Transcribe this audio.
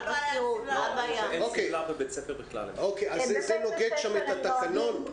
זה נוגד שם את התקנון?